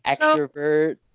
extrovert